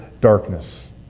darkness